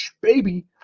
baby